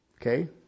Okay